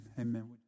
Amen